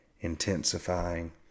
intensifying